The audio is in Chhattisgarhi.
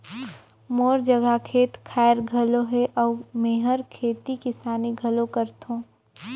मोर जघा खेत खायर घलो हे अउ मेंहर खेती किसानी घलो करथों